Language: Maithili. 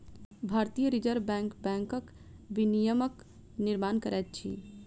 भारतीय रिज़र्व बैंक बैंकक विनियमक निर्माण करैत अछि